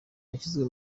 yashyizwe